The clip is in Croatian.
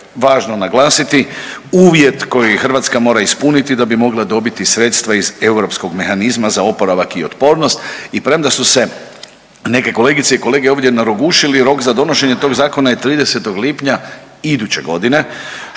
važno naglasiti uvjet koji Hrvatska mora ispuniti da bi mogla dobiti sredstva iz europskom mehanizma za oporavak i otpornost i premda su se neke kolegice i kolege ovdje narogušili rok za donošenje tog zakona je 30. lipanja iduće godine